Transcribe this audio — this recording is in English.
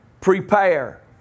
prepare